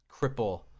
cripple